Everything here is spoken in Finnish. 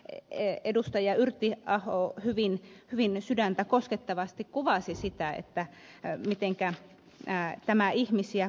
en edustaja yritti aho on yrttiaho hyvin sydäntä koskettavasti kuvasi sitä mitenkä tämä ihmisiä kohtelee